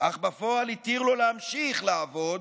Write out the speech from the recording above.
אך בפועל התיר לו להמשיך לעבוד,